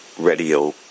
Radio